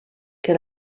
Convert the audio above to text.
que